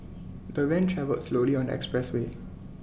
the van travelled slowly on the expressway